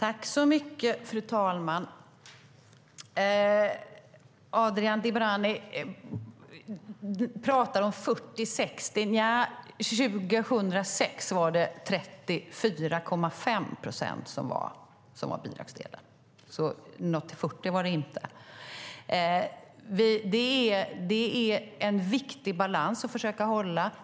Fru talman! Adnan Dibrani pratar om förhållandet 40-60. Nej, år 2006 var bidragsdelen 34,5 procent, inte 40. Detta är en viktig balans att försöka hålla.